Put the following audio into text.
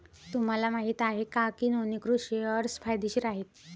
तुम्हाला माहित आहे का की नोंदणीकृत शेअर्स फायदेशीर आहेत?